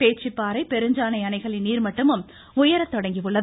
பேச்சிப்பாறை பெருஞ்சாணி அணைகளின் நீர்மட்டமும் உயரத் தொடங்கியுள்ளது